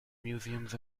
museums